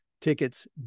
tickets